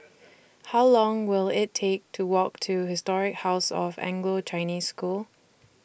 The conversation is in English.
How Long Will IT Take to Walk to Historic House of Anglo Chinese School